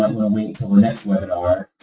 might want to wait until the next webinar